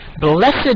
Blessed